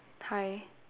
tie